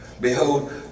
behold